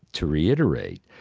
to reiterate,